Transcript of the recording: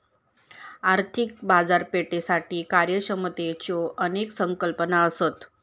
आर्थिक बाजारपेठेसाठी कार्यक्षमतेच्यो अनेक संकल्पना असत